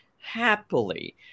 happily